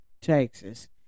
Texas